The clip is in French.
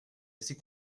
assez